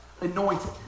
anointed